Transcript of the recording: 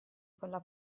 quella